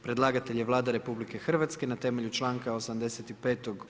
Predlagatelj je Vlada Republike Hrvatske na temelju članka 85.